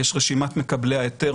יש רשימת מקבלי ההיתר,